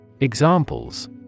Examples